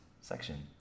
section